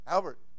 Albert